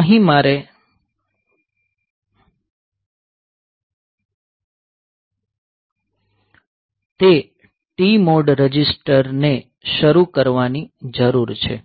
અહીં મારે તે TMOD રજિસ્ટર ને શરુ કરવાની જરૂર છે